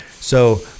So-